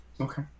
Okay